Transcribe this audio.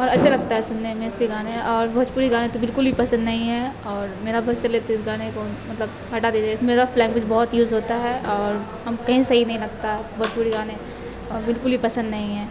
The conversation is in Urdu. اور اچھا لگتا ہے سننے میں اس کے گانے اور بھوجپوری گانے تو بالکل بھی پسند نہیں ہے اور میرا بس چلے تو اس گانے کو مطلب ہٹا دیجیے اس میں رف لینگویج بہت یوز ہوتا ہے اور ہم کہیں صحیح نہیں لگتا بھوجپوری گانے اور بالکل ہی پسند نہیں ہیں